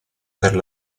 per